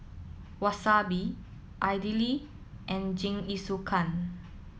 Wasabi Idili and Jingisukan